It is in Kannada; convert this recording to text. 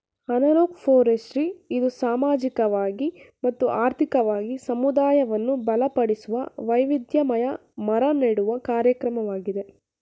ಅನಲೋಗ್ ಫೋರೆಸ್ತ್ರಿ ಇದು ಸಾಮಾಜಿಕವಾಗಿ ಮತ್ತು ಆರ್ಥಿಕವಾಗಿ ಸಮುದಾಯವನ್ನು ಬಲಪಡಿಸುವ, ವೈವಿಧ್ಯಮಯ ಮರ ನೆಡುವ ಕಾರ್ಯಕ್ರಮವಾಗಿದೆ